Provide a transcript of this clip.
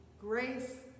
grace